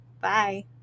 Bye